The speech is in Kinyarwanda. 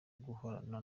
guhorana